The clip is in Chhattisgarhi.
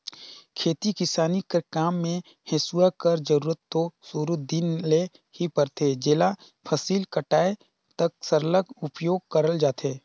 खेती किसानी कर काम मे हेसुवा कर जरूरत दो सुरू दिन ले ही परथे जेला फसिल कटाए तक सरलग उपियोग करल जाथे